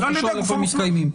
צריך לשאול איפה הם מתקיימים.